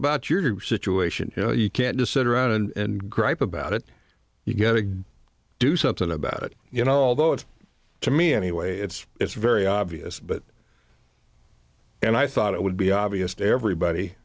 about your situation you know you can't just sit around and gripe about it you get to do something about it you know although it's to me anyway it's it's very obvious but and i thought it would be obvious to everybody